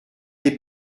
des